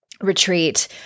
retreat